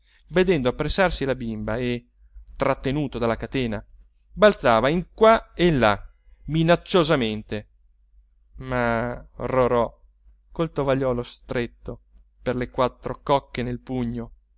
vedendo appressarsi la bimba e trattenuto dalla catena balzava in qua e in là minacciosamente ma rorò col tovagliolo stretto per le quattro cocche nel pugno